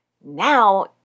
Now